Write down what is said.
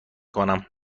کنم